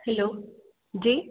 hello जी